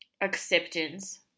Acceptance